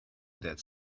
that